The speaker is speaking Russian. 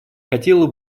хотела